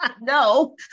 No